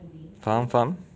faham faham